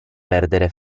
perdere